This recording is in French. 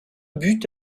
but